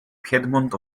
piedmont